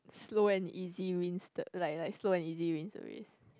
slow and easy wins the like like slow and easy wins the race